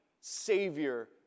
Savior